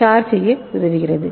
charge செய்ய உதவுகிறது